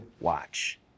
Watch